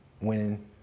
winning